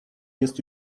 jest